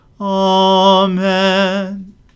Amen